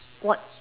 what